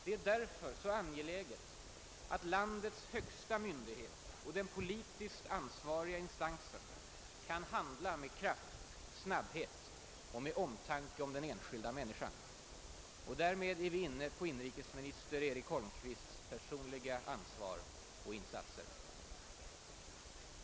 Det är därför så angeläget att landets högsta myndighet och den politiskt ansvariga instansen kan handla med kraft, snabbhet och omtanke om den enskilda människan. Därmed är vi inne på inrikesminister Eric Holmqvists personliga ansvar och insatser.